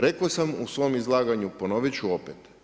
Rekao sam i svom izlaganju, ponovit ću opet.